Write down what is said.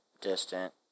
Distant